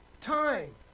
time